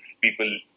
people